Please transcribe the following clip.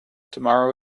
tomorrow